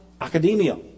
academia